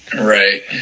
Right